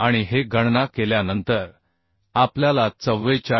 आणि हे गणना केल्यानंतर आपल्याला 44